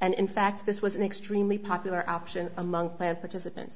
and in fact this was an extremely popular option among plan participant